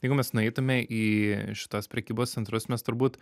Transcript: jeigu mes nueitume į šituos prekybos centrus mes turbūt